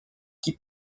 qui